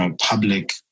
public